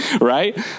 Right